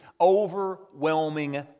overwhelming